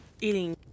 eating